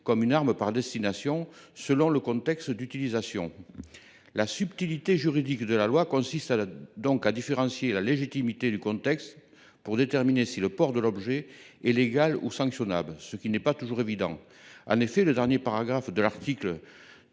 comme une arme par destination selon le contexte d’utilisation. La subtilité consiste donc à différencier la légitimité, au regard de la loi, du contexte pour déterminer si le port de l’objet est légal ou sanctionnable, ce qui n’est pas toujours évident. En effet, le dernier paragraphe de l’article